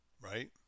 right